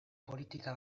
politika